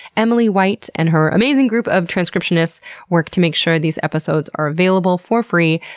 emily white and her amazing group of transcriptionists work to make sure these episodes are available for free.